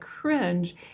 cringe